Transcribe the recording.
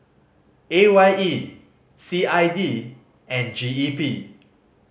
A Y E C I D and G E P